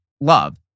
love